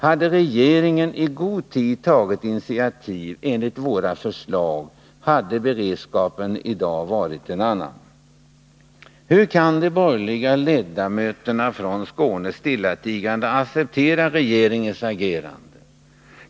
Hade regeringen i god tid tagit initiativ i enlighet med våra förslag, hade beredskapen i dag varit en annan. Hur kan de borgerliga ledamöterna från Skåne stillatigande acceptera regeringens agerande?